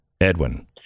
edwin